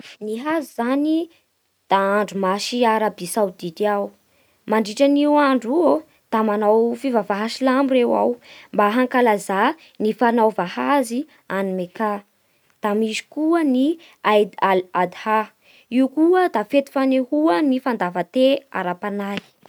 Ny haz zany da andro masy a Arabia Saodita ao. Mandritra io andro iô da manao fivavaha silamo ireo ao mba hankalazà ny fanaova azy agny Mekar. Da misy koa ny Eid-al-adha. Io koa da fety fanehoa ny fandavan-te ara-panahy.